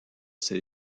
ses